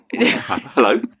Hello